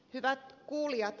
hyvät kuulijat